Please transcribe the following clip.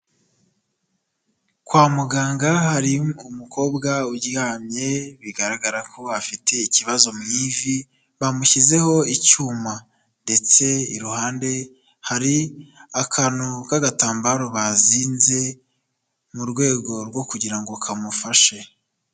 Kwa muganga hari umukobwa uryamye bigaragara ko afite ikibazo mu ivi bamushyizeho icyuma ndetse iruhande hari akantu k'agatambaro bazinze mu rwego rwo kugira ngo kamufashe.